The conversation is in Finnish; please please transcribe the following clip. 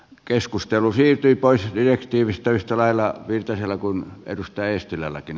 keskustelu siirtyi pois köyhtymistä estävällä yhteisellä kun edustajisto meilläkin